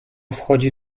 wchodzi